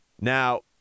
Now